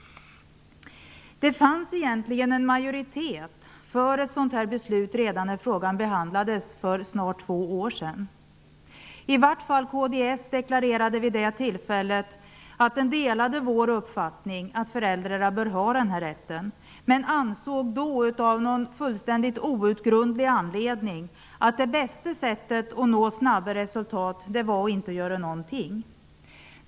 Det fanns egentligen en majoritet för ett sådant här beslut redan när frågan behandlades för snart två år sedan. I vart fall kds deklarerade vid det tillfället att man delade vår uppfattning att föräldrar till utvecklingsstörda barn bör ha den här rätten, men av någon fullständigt outgrundlig anledning ansåg man då att det bästa sättet att nå snabba resultat var att inte göra någonting.